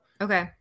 Okay